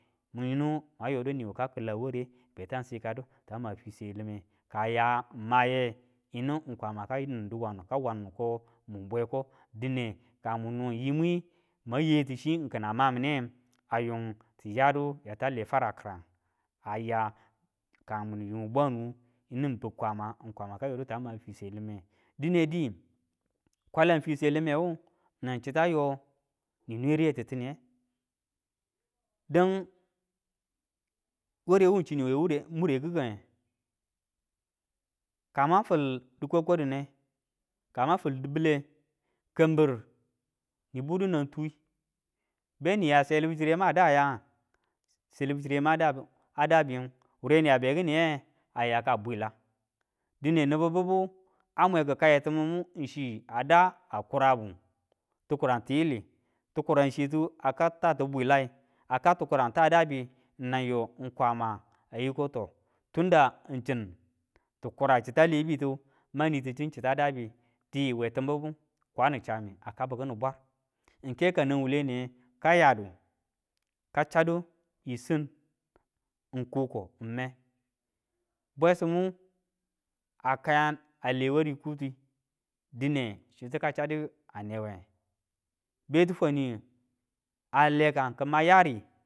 Yinu mwan yodu niwu ka kila ware betanin sikadu tama fiswe lime kaya ng maye yinu kwama kanin diwanu ka wanin nu ko mun bweko, dine kamun no yimwi mwang yetu chi kima mamine, a yung tiyadu yata le fara kirangin aya ka munin yung bwanu yinu biu kwama ng kwama ka yodu ta ma fiswe lime, dine di kwalan fiswe limewu nang chita yo ninwe riye titiniye. Dang ware wu chiniwe mure mure kikange, ka mwang fil di kwa kwa dine, ka mwang fil dibile kambir ni budu nang tui, beniya selibu chirema da ya? selubu chiremu a dabu dabu ying, wureni ya be kiniye aya ka bwila dine nibu bibu a mwe ki kaiye ti mu mu chi a da a kurabu ti kuran tiyili, ti kura chitu a kau ta ti bwilayi, a kau tikiran ta dabi nanyo ng kwama ayi ko tunda ng chin ti kura chita lebitu mang niti chin hita dabi e tim bibu. Di we tim bibu? chame a kab kini bwar, ng ke kanang wuwule niye ka yadu ka chadu i sin, i kuko, i me, bwesimu a kayan a le ware kuti dine chitu ka chadu a newe. Beti fwaniyu a lekan kima yari